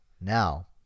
Now